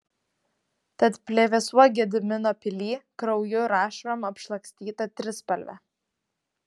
tad plevėsuok gedimino pily krauju ir ašarom apšlakstyta trispalve